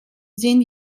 sind